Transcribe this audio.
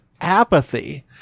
apathy